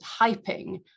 hyping